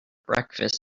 breakfast